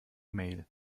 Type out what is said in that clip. mail